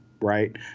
right